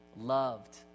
loved